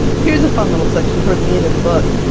here's a fun little section towards the end of the book,